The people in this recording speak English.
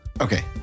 Okay